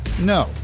No